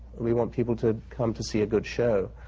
we want people to come to see a good show,